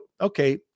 okay